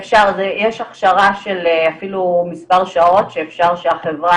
יש הכשרה של אפילו מספר שעות שאפשר שהחברה